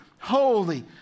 Holy